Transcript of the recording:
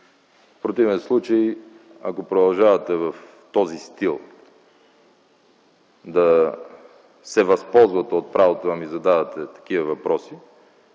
В противен случай, ако продължавате в този стил да се възползвате от правото да ми задавате такива въпроси,